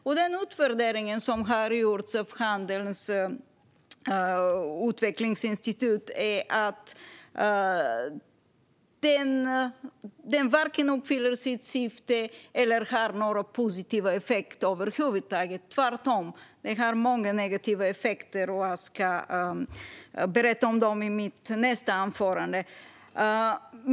I den utvärdering som har gjorts av Handelns Utredningsinstitut sägs att skatten varken uppfyller sitt syfte eller har någon positiv effekt över huvud taget. Tvärtom har den många negativa effekter. Jag ska berätta om dem i mitt nästa anförande.